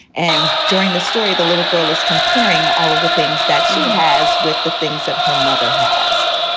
and during the story, the little girl is comparing all of the things that she has with the things that her mother has.